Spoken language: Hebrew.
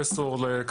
שסגרו לנו את הסניף